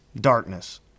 darkness